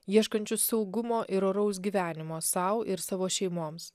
ieškančių saugumo ir oraus gyvenimo sau ir savo šeimoms